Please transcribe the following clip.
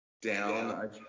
down